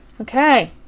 Okay